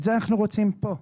את זה אנחנו רוצים פה.